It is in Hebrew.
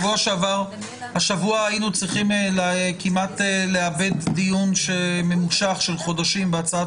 השבוע היינו צריכים כמעט לאבד דיון ממושך של חודשים בהצעת